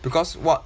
because what